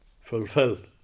fulfilled